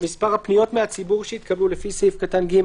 מספר הפניות מהציבור שהתקבלו לפי סעיף קטן (ג),